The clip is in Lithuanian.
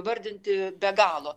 vardinti be galo